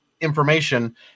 information